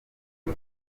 ngo